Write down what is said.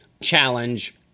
challenge